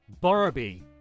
barbie